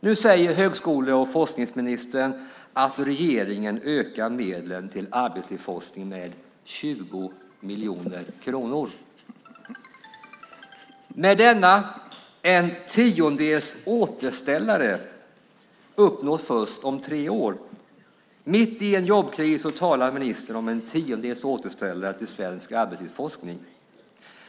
Nu säger högskole och forskningsministern att regeringen ökar medlen till arbetslivsforskning med 20 miljoner kronor. Men denna en tiondels återställare uppnås först om tre år. Mitt i en jobbkris talar ministern om en tiondels återställare till svensk arbetslivsforskning.